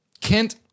Kent